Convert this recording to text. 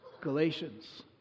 Galatians